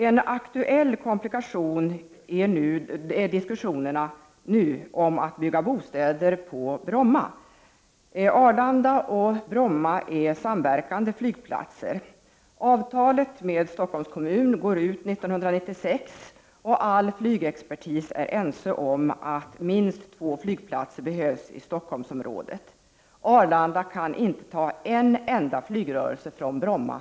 En aktuell komplikation är diskussion om att bygga bostäder på Bromma. Arlanda och Bromma är samverkande flygplatser. Avtalet med Stockholms kommun går ut 1996, och all flygexpertis är ense om att minst två flygplatser behövs i Stockholmsområdet. Arlanda kan inte ens i dag ta en enda flygrörelse från Bromma.